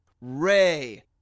Ray